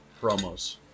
Promos